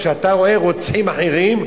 כשאתה רואה רוצחים אחרים,